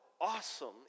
awesome